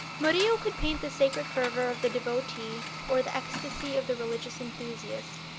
murillo could paint the sacred fervor of the devotee, or the ecstasy of the religious enthusiast,